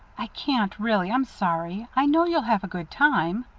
i can't really. i'm sorry. i know you'll have a good time.